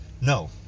No